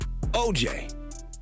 OJ